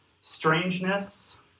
strangeness